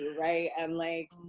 right. and like,